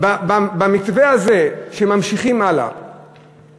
במתווה הזה, שממשיכים הלאה